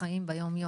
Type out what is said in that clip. החיים ביום-יום?